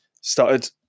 started